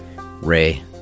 Ray